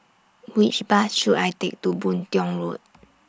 Which Bus should I Take to Boon Tiong Road